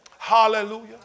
Hallelujah